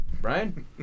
Brian